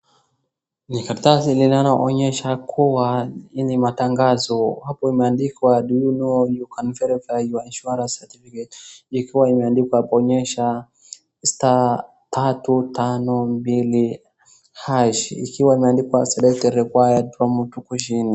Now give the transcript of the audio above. Ni karatasi linaloonyesha kuwa ni matangazo. Hapo imeandikwa do you kno you can verify your insurance certificate . Ikiwa imeandikwa bonyeza star tatu tano mbili harsh . Ikiwa imeandikwa select required promo huku chini.